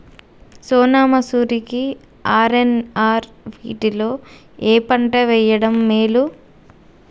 సోనా మాషురి కి ఆర్.ఎన్.ఆర్ వీటిలో ఏ పంట వెయ్యడం మేలు?